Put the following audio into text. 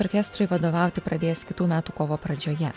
orkestrui vadovauti pradės kitų metų kovo pradžioje